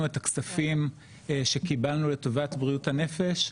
את הכספים שקיבלנו לטובת בריאות הנפש,